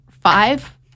five